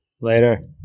Later